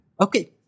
Okay